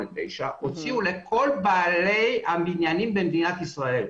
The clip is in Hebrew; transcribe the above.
2008-2009 הוציאו לכל בעלי הבניינים במדינת ישראל,